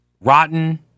Rotten